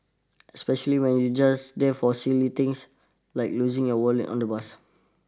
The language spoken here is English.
especially when you just there for silly things like losing your wallet on the bus